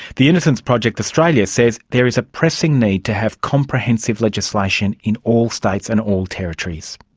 the innocence project australia says there is a pressing need to have comprehensive legislation in all states and all territories.